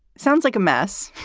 sounds like a mess.